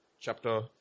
chapter